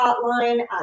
hotline